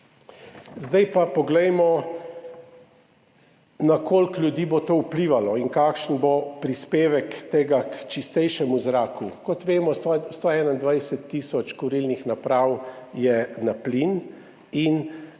Zdaj pa poglejmo, na koliko ljudi bo to vplivalo in kakšen bo prispevek tega k čistejšemu zraku. Kot vemo, 121 tisoč kurilnih naprav je na plin in